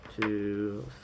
two